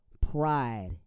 pride